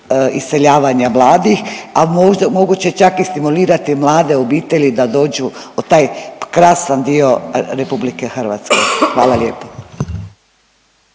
iseljavanja mladih, a moguće čak i stimulirati mlade obitelji da dođu u taj krasan dio RH. Hvala lijepo.